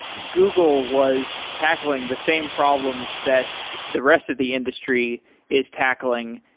google was tackling the same problems that the rest of the industry is tackling,